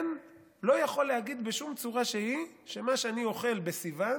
הוא לא יכול להגיד בשום צורה שהיא: מה שאני אוכל בסיוון